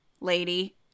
lady